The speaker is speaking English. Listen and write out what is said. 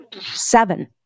seven